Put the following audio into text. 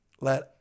let